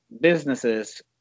businesses